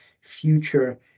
future